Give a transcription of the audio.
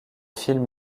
films